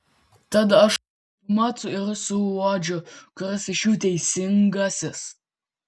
tad aš kaipmat ir suuodžiu kuris iš jų tas teisingasis